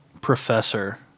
professor